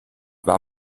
war